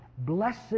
Blessed